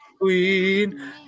Queen